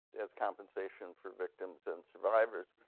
as compensation for victims and survivors.